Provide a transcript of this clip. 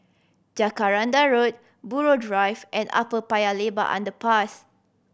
Jacaranda Road Buroh Drive and Upper Paya Lebar Underpass